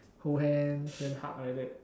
hold hands then hug like that